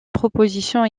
propositions